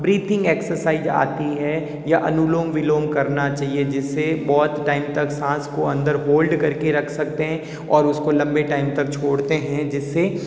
breathing exercise आती है या अनुलोम विलोम करना चाहिए जिससे बहुत टाइम तक साँस को अंदर होल्ड करके रख सकते है और उसको लंबे टाइम तक छोड़ते हैं जिससे